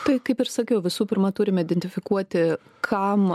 tai kaip ir sakiau visų pirma turim identifikuoti kam